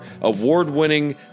award-winning